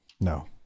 no